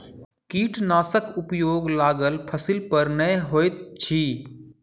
कीटनाशकक उपयोग लागल फसील पर नै होइत अछि